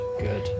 good